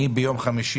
ביום חמישי